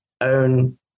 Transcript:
own